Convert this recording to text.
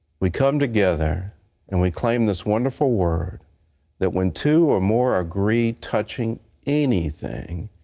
we come together and we claim this wonderful word that when two or more agree touching anything,